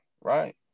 right